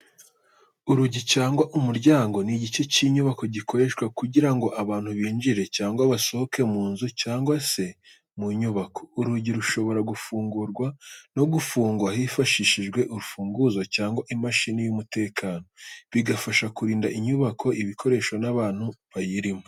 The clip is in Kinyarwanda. Urugi cyangwa umuryango ni igice cy'inyubako gikoreshwa kugira ngo abantu binjire cyangwa basohoke mu nzu cyangwa se mu nyubako. Urugi rushobora gufungurwa no gufungwa hifashishijwe urufunguzo cyangwa imashini y'umutekano, bigafasha kurinda inyubako, ibikoresho n'abantu bayirimo.